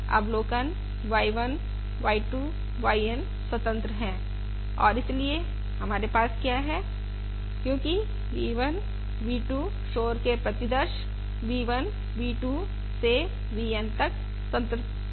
अवलोकन y 1 y 2 y N स्वतंत्र है और इसलिए हमारे पास क्या है क्योंकि v 1 v 2 शोर के प्रतिदर्श v 1 v 2 से v N तक स्वतंत्र हैं